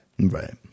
Right